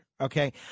Okay